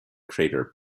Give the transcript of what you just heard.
crater